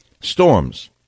storms